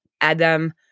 Adam